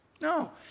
No